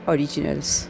Originals